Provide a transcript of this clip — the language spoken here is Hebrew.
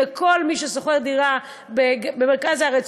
לכל מי ששוכר דירה במרכז הארץ,